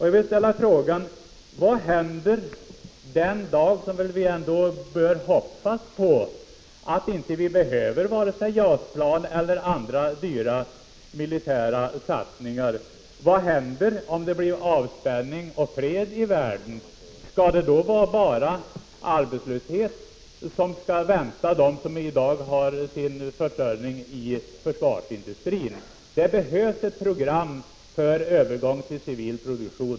Jag vill ställa frågan: Vad händer den dag som vi väl ändå bör hoppas på, då vi inte behöver vare sig JAS-plan eller andra dyra militära satsningar? Vad händer om det blir avspänning och fred i världen? Skall då bara arbetslöshet vänta dem som i dag har sin försörjning inom försvarsindustrin? Det råder inga tvivel om att det behövs ett program för övergång till civil produktion.